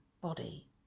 body